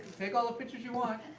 take all the pictures you want.